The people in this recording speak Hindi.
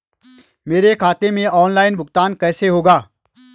मेरे खाते में ऑनलाइन भुगतान कैसे होगा?